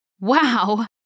Wow